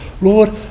Lord